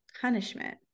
punishment